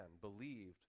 believed